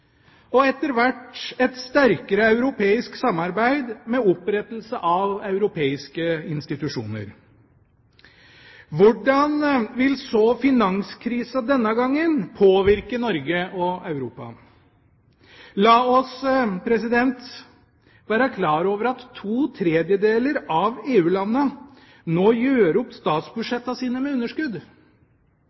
og etter hvert et sterkere europeisk samarbeid med opprettelse av europeiske institusjoner. Hvordan vil så finanskrisa denne gangen påvirke Norge og Europa? La oss være klar over at to tredjedeler av EU-landene nå gjør opp statsbudsjettene sine med underskudd.